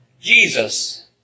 Jesus